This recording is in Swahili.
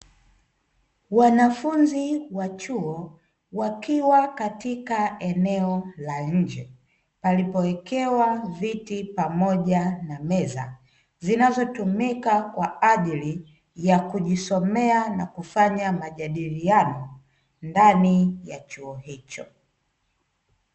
Wanafunzi wa chuo wakiwa katika eneo la nje palipoekewa viti pamoja na meza, zinazotumika kwa ajili ya kujisomea na kufanya majadiliano ndani ya chuo hicho.